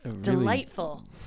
delightful